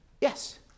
Yes